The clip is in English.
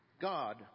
God